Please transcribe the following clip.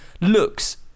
Looks